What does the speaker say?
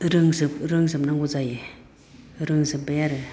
रोंजोब रोंजोबनांगौ जायो रोंजोबबाय आरो